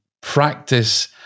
practice